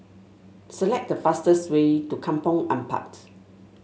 select the fastest way to Kampong Ampat